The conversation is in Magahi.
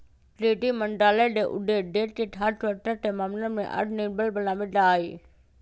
कृषि मंत्रालय के उद्देश्य देश के खाद्य सुरक्षा के मामला में आत्मनिर्भर बनावे ला हई